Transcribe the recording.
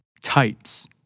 tights